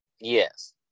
Yes